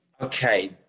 okay